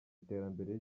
iterambere